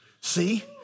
See